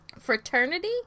fraternity